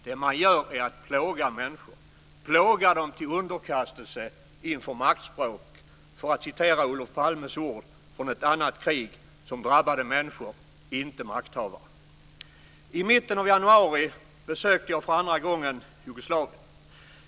Det man gör är att plåga människor, plåga dem till underkastelse inför maktspråk, för att citera Olof Palmes ord från ett annat krig som drabbade människor, inte makthavare. I mitten av januari besökte jag för andra gången Jugoslavien.